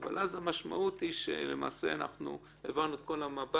אבל אז המשמעות היא שהעברנו את כל המב"דים